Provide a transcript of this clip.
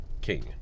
king